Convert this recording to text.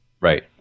Right